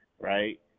right